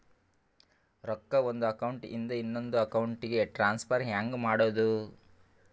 ರೊಕ್ಕ ಒಂದು ಅಕೌಂಟ್ ಇಂದ ಇನ್ನೊಂದು ಅಕೌಂಟಿಗೆ ಟ್ರಾನ್ಸ್ಫರ್ ಹೆಂಗ್ ಮಾಡೋದು?